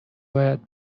باید